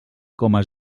coma